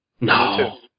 No